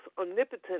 omnipotent